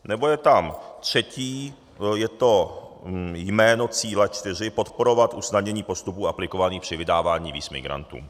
Nebo je tam třetí, je to jméno cíle 4, podporovat usnadnění postupů aplikovaných při vydávání víz migrantům.